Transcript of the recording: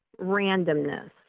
randomness